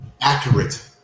accurate